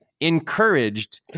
encouraged